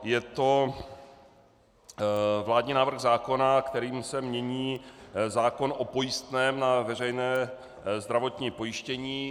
Je to vládní návrh zákona, kterým se mění zákon o pojistném na veřejné zdravotní pojištění.